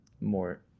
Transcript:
more